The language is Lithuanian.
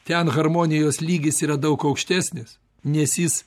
ten harmonijos lygis yra daug aukštesnis nes jis